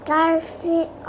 Garfield